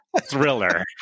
thriller